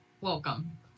welcome